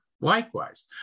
likewise